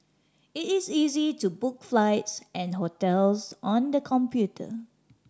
it is easy to book flights and hotels on the computer